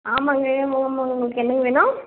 ஆமாங்க உங்களுக்கு என்னங்க வேணும்